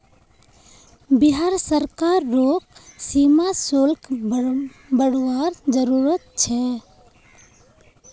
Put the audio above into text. बिहार सरकार रोग सीमा शुल्क बरवार जरूरत छे